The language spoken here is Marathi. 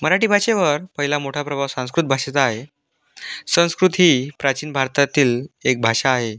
मराठी भाषेवर पहिला मोठा प्रभाव संस्कृत भाषेचा आहे संस्कृत ही प्राचीन भारतातील एक भाषा आहे